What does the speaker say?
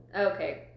Okay